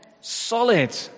solid